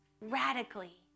radically